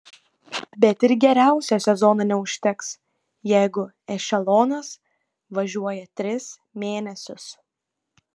bet ir geriausio sezono neužteks jeigu ešelonas važiuoja tris mėnesius